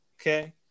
okay